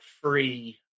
free